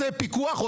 רוצה פיקוח.